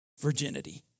virginity